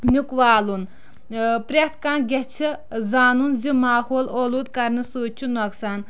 نیُک والُن پرٛٮ۪تھ کانہہ گژھِ زانُن زِ ماحول اولوٗد کَرنہٕ سۭتۍ چھ نۄقصان